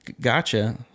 gotcha